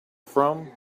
from